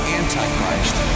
antichrist